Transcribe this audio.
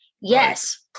Yes